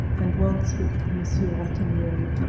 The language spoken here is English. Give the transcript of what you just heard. and once with monsieur ratignolle,